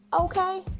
Okay